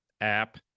app